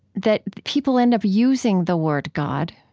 that people end up using the word god.